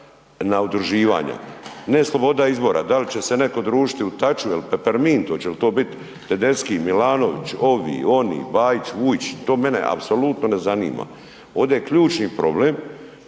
na udruživanja, ne sloboda izbora, da li će se netko družiti u .../Govornik se ne razumije./... ili Pepermint, hoće li to bit Tedeschi, Milanović, ovi, oni, Bajić, Vujčić, to mene apsolutno ne zanima, ovdje je ključni problem